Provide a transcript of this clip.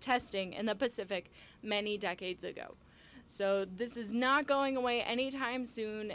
testing in the pacific many decades ago so this is not going away any time soon